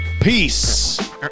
Peace